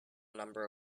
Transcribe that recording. number